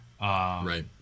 Right